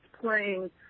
playing